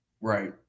Right